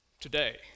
today